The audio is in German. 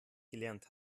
gelernt